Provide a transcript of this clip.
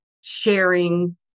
sharing